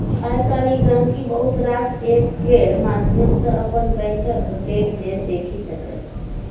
आइ काल्हि गांहिकी बहुत रास एप्प केर माध्यम सँ अपन बैंकक लेबदेब देखि सकैए